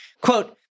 Quote